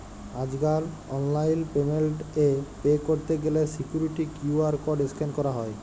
আজ কাল online payment এ পে ক্যরত গ্যালে সিকুইরিটি কিউ.আর কড স্ক্যান ক্যরা হ্য়